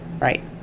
right